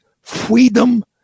freedom